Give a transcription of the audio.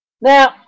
Now